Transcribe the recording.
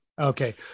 Okay